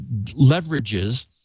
leverages